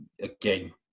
again